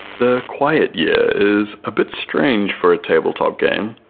the quiet year is a bit strange for a tabletop game,